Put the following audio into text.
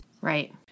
Right